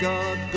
God